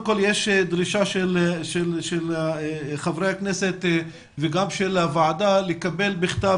יש דרישה של חברי הכנסת וגם של הוועדה לקבל בכתב,